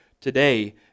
Today